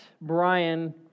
Brian